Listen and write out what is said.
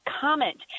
comment